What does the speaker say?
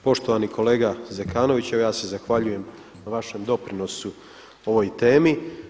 Poštovani kolega Zekanoviću, evo ja se zahvaljujem na vašem doprinosu ovoj temi.